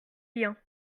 bien